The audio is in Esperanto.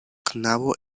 knabo